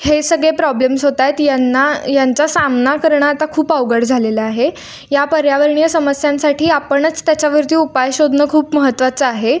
हे सगळे प्रॉब्लेम्स होत आहेत यांना यांचा सामना करणं आता खूप अवघड झालेलं आहे या पर्यावरणीय समस्यांसाठी आपणच त्याच्यावरती उपाय शोधणं खूप महत्त्वाचं आहे